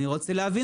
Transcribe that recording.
אני רוצה להבין.